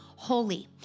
holy